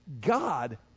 God